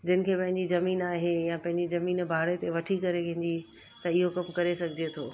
जिनि खे पंहिंजी ज़मीन आहे या पंहिंजी ज़मीन भाड़े ते वठी करे कंहिं जी त इहो कमु करे सघिजे थो